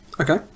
Okay